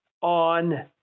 on